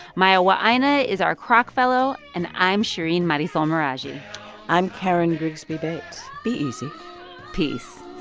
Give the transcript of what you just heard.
mayowa aina is our kroc fellow. and i'm shereen marisol meraji i'm karen grigsby bates. be easy peace